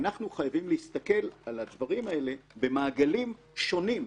אנחנו חייבים להסתכל על הדברים האלה במעגלים שונים,